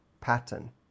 pattern